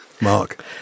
Mark